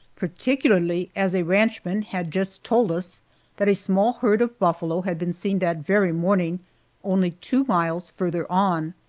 particularly as a ranchman had just told us that a small herd of buffalo had been seen that very morning only two miles farther on.